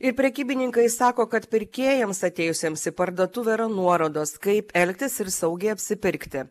ir prekybininkai sako kad pirkėjams atėjusiems į parduotuvę yra nuorodos kaip elgtis ir saugiai apsipirkti